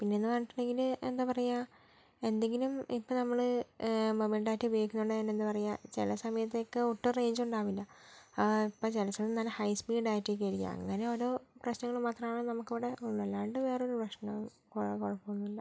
പിന്നെ എന്ന് പറഞ്ഞിട്ടുണ്ടെങ്കില് എന്താ പറയുക എന്തെങ്കിലും ഇപ്പം നമ്മള് മൊബൈൽ ഡാറ്റ ഉപയോഗിക്കുന്നതിലൂടെ അതിനെ പിന്നെ എന്താ പറയുക ചില സമയത്തൊക്കെ ഒട്ടും റേഞ്ച് ഉണ്ടാവില്ല അപ്പോൾ ചില സ്ഥലത്ത് ഹൈ സ്പീഡ് ഡാറ്റ ഒക്കെ ആയിരിക്കും അങ്ങനെ ഓരോ പ്രശ്നങ്ങൾ മാത്രമാണ് നമുക്ക് ഇവിടെ ഉള്ളത് അല്ലാണ്ട് വേറെ ഒരു പ്രശ്നവും വേറെ കുഴപ്പവും ഒന്നുമില്ല